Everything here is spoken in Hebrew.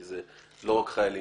כי זה לא רק חיילים,